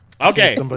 Okay